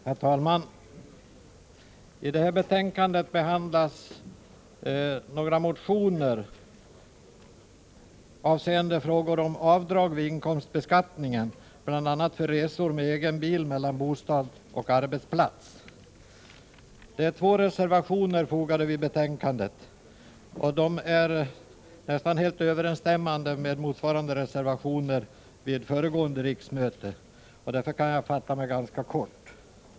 Herr talman! I detta betänkande behandlas några motioner avseende frågor om avdrag vid inkomstbeskattningen, bl.a. för resor med egen bil mellan bostad och arbetsplats. Det är två reservationer fogade till betänkandet, och de är nästan helt överensstämmande med motsvarande reservationer vid föregående riksmöte, och därför kan jag fatta mig ganska kort.